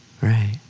Right